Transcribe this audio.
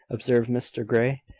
observed mr grey.